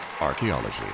Archaeology